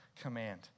command